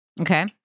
okay